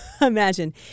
imagine